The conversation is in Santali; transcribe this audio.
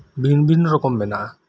ᱵᱤᱵᱷᱤᱱᱱᱚ ᱨᱚᱠᱚᱢ ᱢᱮᱱᱟᱜᱼᱟ